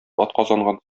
атказанган